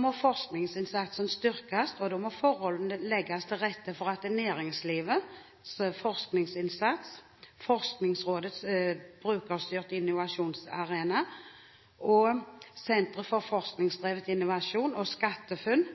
må forskningsinnsatsen styrkes, og da må forholdene legges til rette for næringslivets forskningsinnsats. Forskningsrådets brukerstyrte innovasjonsarena, Sentre for forskningsdrevet innovasjon og SkatteFUNN er viktige virkemidler for